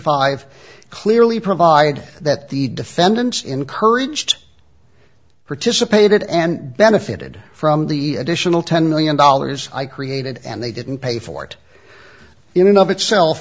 five clearly provided that the defendants encouraged participated and benefited from the additional ten million dollars i created and they didn't pay for it in and of itself